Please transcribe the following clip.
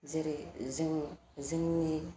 जेरै जों जोंनि